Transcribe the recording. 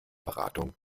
beratung